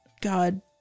God